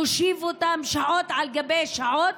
מושיב אותם שעות על גבי שעות,